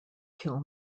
kill